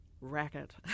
racket